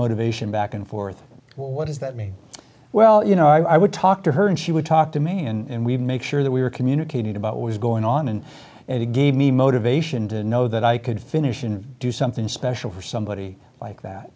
motivation back and forth what does that mean well you know i would talk to her and she would talk to me and we'd make sure that we were communicating about what was going on and it gave me motivation to know that i could finish and do something special for somebody like that